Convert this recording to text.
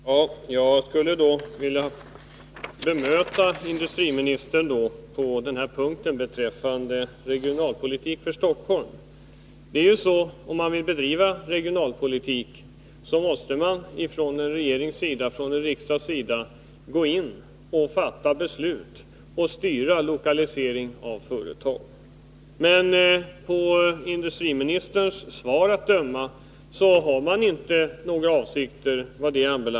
Herr talman! Jag skulle vilja bemöta industriministern på den punkt som gäller regionalpolitiken för Stockholm. Om man vill bedriva regionalpolitik måste man från en regerings och en riksdags sida gå in och fatta beslut och styra lokalisering av företag. Men av industriministerns svar att döma har regeringen inte några sådana avsikter beträffande Stockholm.